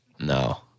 No